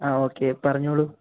ആ ഓക്കേ പറഞ്ഞോളൂ